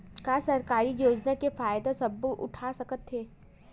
का सरकारी योजना के फ़ायदा सबो उठा सकथे?